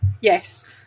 Yes